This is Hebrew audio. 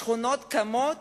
שכונות קמות